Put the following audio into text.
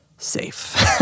Safe